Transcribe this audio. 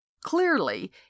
Clearly